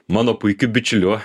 mano puikiu bičiuliu